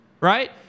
right